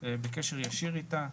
בקשר ישיר איתה,